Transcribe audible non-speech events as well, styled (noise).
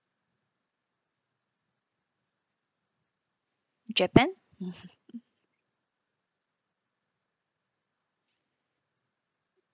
japan (laughs)